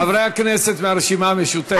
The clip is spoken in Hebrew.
חברי הכנסת והרשימה המשותפת.